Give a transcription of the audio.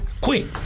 Quick